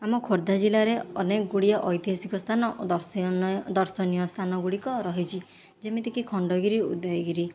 ଆମ ଖୋର୍ଦ୍ଧା ଜିଲ୍ଲାରେ ଅନେକ ଗୁଡ଼ିଏ ଐତିହାସିକ ସ୍ଥାନ ଦର୍ଶନୀୟ ସ୍ଥାନ ଗୁଡ଼ିକ ରହିଛି ଯେମିତି କି ଖଣ୍ଡଗିରି ଉଦୟଗିରି